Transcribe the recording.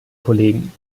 kollegen